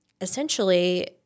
essentially